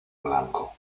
blanco